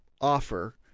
offer –